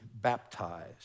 baptized